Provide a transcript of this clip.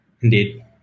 Indeed